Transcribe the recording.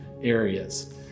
areas